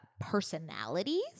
personalities